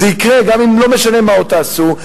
זה יקרה ולא משנה מה עוד תעשו,